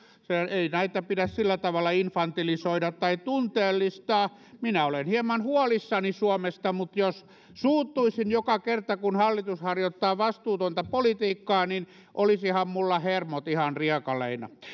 ei näitä pidä sillä tavalla infantilisoida tai tunteellistaa minä olen hieman huolissani suomesta mutta jos suuttuisin joka kerta kun hallitus harjoittaa vastuutonta politiikkaa niin olisivathan minulla hermot ihan riekaleina ministeri